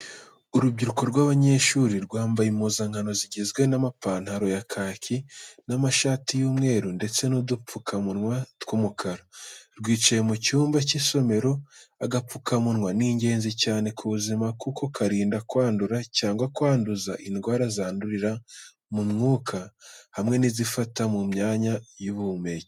Urubyiruko rw'abanyeshuri rwambaye impuzankano zigizwe n'amapantalo ya kaki n'amashati y'umweru, ndetse n'udupfukamunwa tw'umukara, rwicaye mu cyumba cy'isomero. Agapfukamunwa ni ingenzi cyane ku buzima kuko karinda kwandura cyangwa kwanduza indwara zandurira mu mwuka hamwe n’izifata mu myanya y’ubuhumekero.